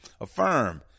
affirm